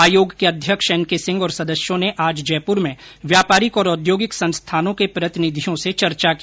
आयोग के अध्यक्ष एनके सिंह और सदस्यों ने आज जयपुर में व्यापारिक और औद्योगिक संस्थानों के प्रतिनिधियों से चर्चा की